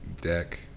deck